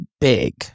big